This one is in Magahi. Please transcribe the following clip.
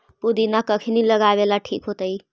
पुदिना कखिनी लगावेला ठिक होतइ?